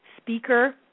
speaker